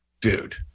Dude